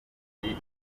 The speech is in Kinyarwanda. kabiri